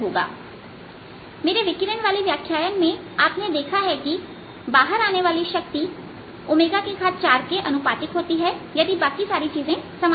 इसलिए मेरे विकिरण वाले व्याख्यान में आपने देखा कि बाहर आने वाली शक्ति 4के अनुपातिक होती हैयदि बाकी सारी चीजें समान है